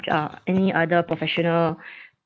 uh any other professional